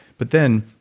but then,